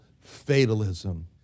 fatalism